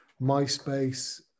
MySpace